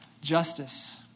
justice